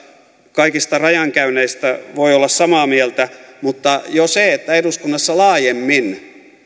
kaikista rajankäynneistä voi olla samaa mieltä mutta jo se on hyvä asia että eduskunnassa laajemmin